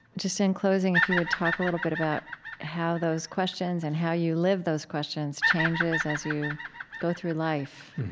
just in closing, if you would talk a little bit about how those questions and how you live those questions changes as you go through life,